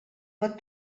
pot